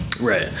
Right